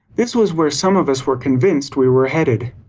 this was where some of us were convinced we were headed.